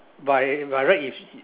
by by right is